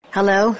Hello